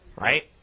Right